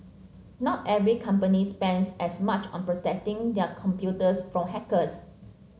not every company spends as much on protecting their computers from hackers